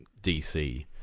DC